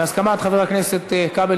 בהסכמת חבר הכנסת כבל,